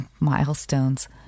milestones